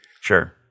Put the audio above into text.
Sure